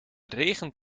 regent